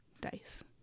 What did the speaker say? dice